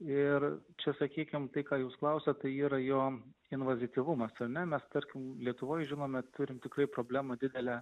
ir čia sakykime tai ką jūs klausiate tai yra jo inovatyvumas o mes tarkim lietuvoje žinoma turime tikrai problemą didelę